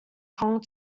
kong